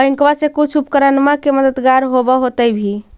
बैंकबा से कुछ उपकरणमा के मददगार होब होतै भी?